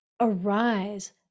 arise